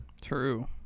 True